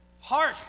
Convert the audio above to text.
Hark